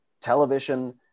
Television